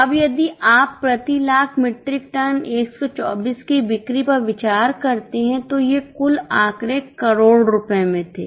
अब यदि आप प्रति लाख मीट्रिक टन 124 की बिक्री पर विचार करते हैं तो ये कुल आंकड़े करोड़ रुपये में थे